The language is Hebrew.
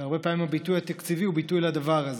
והרבה פעמים הביטוי התקציבי הוא ביטוי לדבר הזה.